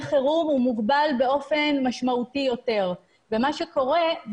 חירום הוא מוגבל באופן משמעותי יותר מה שקורה,